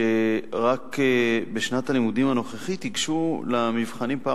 שרק בשנת הלימודים הנוכחית ייגשו למבחנים בפעם